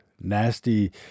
nasty